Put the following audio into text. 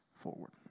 forward